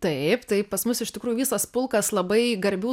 taip tai pas mus iš tikrųjų visas pulkas labai garbių